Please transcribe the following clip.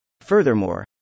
Furthermore